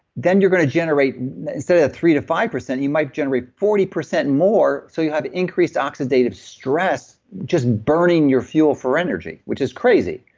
then you're going to generate instead of the three to five percent, you might generate forty percent more. so you have the increased oxidative stress, just burning your fuel for energy, which is crazy.